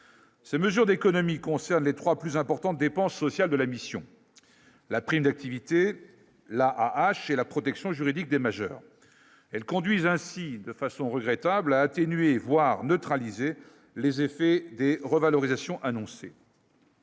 ces mesures d'économies concernent les 3 plus importantes dépenses sociales de la mission, la prime d'activité, la hache et la protection juridique des majeurs, elles conduisent ainsi de façon regrettable atténuer voire neutraliser les effets de revalorisation annoncée.